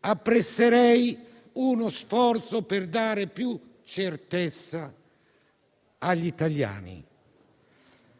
apprezzerei uno sforzo per dare più certezza agli italiani.